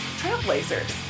trailblazers